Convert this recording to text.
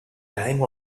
time